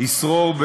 ישרור,